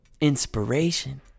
inspiration